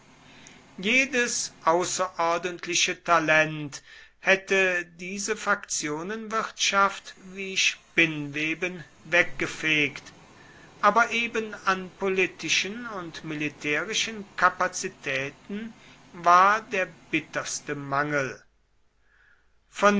jedes außerordentliche talent hätte diese faktionenwirtschaft wie spinnweben weggefegt aber eben an politischen und militärischen kapazitäten war der bitterste mangel